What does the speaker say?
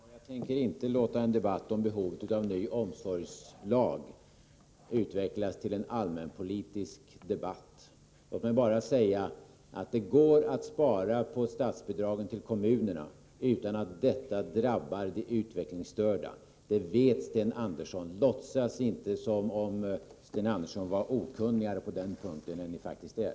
Herr talman! Jag tänker inte låta en debatt om behovet av ny omsorgslag utvecklas till en allmänpolitisk debatt. Låt mig bara säga att det går att spara på statsbidragen till kommunerna utan att detta drabbar de utvecklingsstörda. Det vet Sten Andersson. Låtsas inte, Sten Andersson, som om ni var okunnigare på den punkten än ni faktiskt är!